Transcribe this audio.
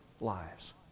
lives